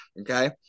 okay